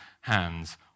hands